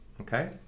okay